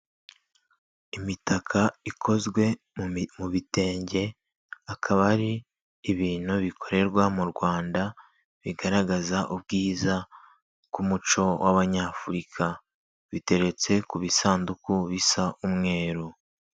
Imitaka ikozwe mu bitenge akaba ari ibintu bikorerwa mu Rwanda bigaragaza ubwiza bw'umuco w'abany'Afurika, biteretse ku bisanduku bisa umweru.